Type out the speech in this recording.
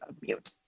mute